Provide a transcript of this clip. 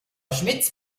schmitz